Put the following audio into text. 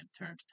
turned